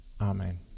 Amen